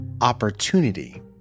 opportunity